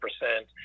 percent